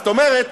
זאת אומרת,